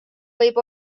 võib